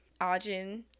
Ajin